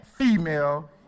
female